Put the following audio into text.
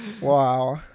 Wow